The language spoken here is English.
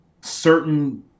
certain